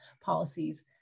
policies